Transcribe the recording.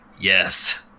Yes